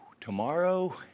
tomorrow